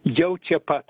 jau čia pat